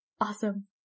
awesome